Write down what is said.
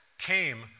came